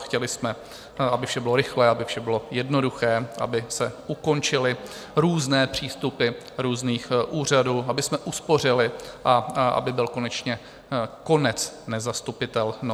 Chtěli jsme, aby vše bylo rychlé, aby vše bylo jednoduché, aby se ukončily různé přístupy různých úřadů, abychom uspořili a aby byl konečně konec nezastupitelnosti.